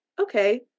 okay